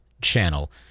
channel